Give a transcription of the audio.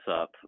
up